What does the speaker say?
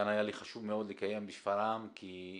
כאן היה לי חשוב מאוד לקיים על שפרעם כי הייתה